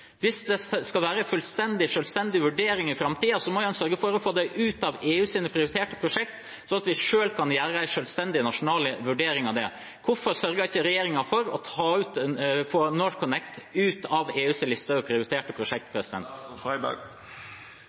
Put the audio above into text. Hvis det skal være en fullstendig selvstendig vurdering i framtiden, må en jo sørge for å få det ut av EUs prioriterte prosjekt, slik at vi selv kan gjøre en selvstendig nasjonal vurdering av det. Hvorfor sørger ikke regjeringen for å få NorthConnect ut av EUs liste over prioriterte prosjekt?